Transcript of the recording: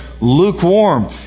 Lukewarm